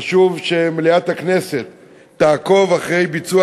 חשוב שמליאת הכנסת תעקוב אחרי ביצוע